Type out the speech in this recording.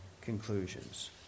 conclusions